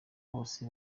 bose